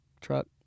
truck